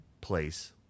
place